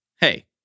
hey